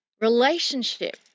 relationship